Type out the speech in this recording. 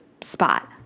spot